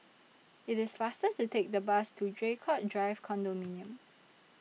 IT IS faster to Take The Bus to Draycott Drive Condominium